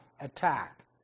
attack